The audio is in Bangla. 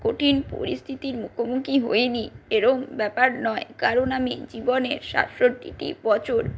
কঠিন পরিস্থিতির মুখোমুখি হইনি এরকম ব্যাপার নয় কারণ আমি জীবনের ষাটষট্টিটি বছর